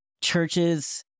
churches